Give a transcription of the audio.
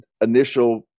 initial